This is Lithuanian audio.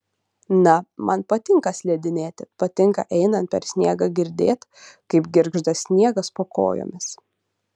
na man patinka slidinėti patinka einant per sniegą girdėt kaip girgžda sniegas po kojomis